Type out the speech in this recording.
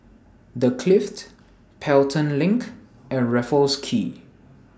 The Clift Pelton LINK and Raffles Quay